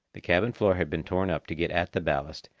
the cabin floor had been torn up to get at the ballast,